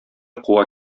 куа